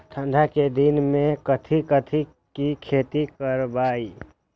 ठंडा के दिन में कथी कथी की खेती करवाई?